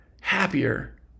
happier